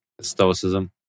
stoicism